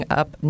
up